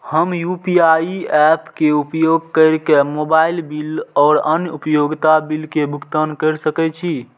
हम UPI apps के उपयोग केर के मोबाइल बिल और अन्य उपयोगिता बिल के भुगतान केर सके छी